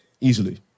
easily